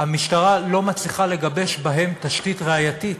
המשטרה לא מצליחה לגבש בהם תשתית ראייתית.